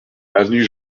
avenue